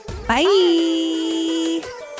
Bye